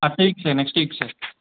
அடுத்த வீக் இல்லை next week sir